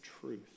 truth